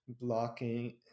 blocking